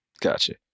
Gotcha